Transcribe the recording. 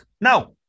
Now